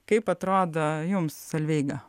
kaip atrodo jums solveiga